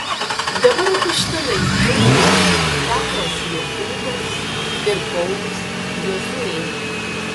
dabar apaštalai jau du petras jokūbas ir paulius jozuė